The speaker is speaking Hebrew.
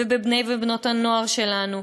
ובבני ובבנות הנוער שלנו,